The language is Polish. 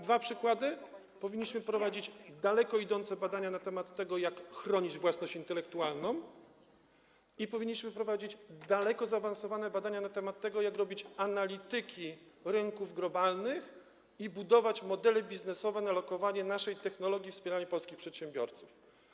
Dwa przykłady: powinniśmy prowadzić daleko idące badania na temat tego, jak chronić własność intelektualną, i powinniśmy prowadzić daleko zaawansowane badania na temat tego, jak robić analizy rynków globalnych i budować modele biznesowe, jeśli chodzi o lokowanie naszej technologii i wspieranie polskich przedsiębiorców.